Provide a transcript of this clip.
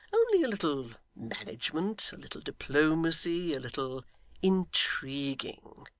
only a little management, a little diplomacy, a little intriguing,